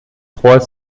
trois